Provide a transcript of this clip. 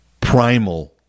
primal